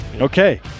Okay